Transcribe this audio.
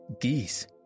geese